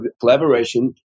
collaboration